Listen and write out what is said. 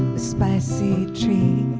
spicy trees